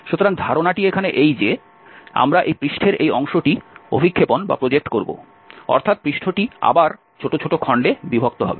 সুতরাং ধারণাটি এখানে এই যে আমরা এই পৃষ্ঠের এই অংশটি অভিক্ষেপণ করব অর্থাৎ পৃষ্ঠটি আবার ছোট ছোট খন্ডে বিভক্ত হবে